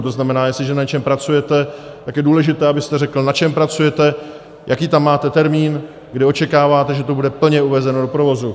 To znamená, jestliže na něčem pracujete, tak je důležité, abyste řekl, na čem pracujete, jaký tam máte termín, kdy očekáváte, že to bude plně uvedeno do provozu.